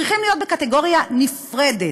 צריכים להפריד בקטגוריה נפרדת,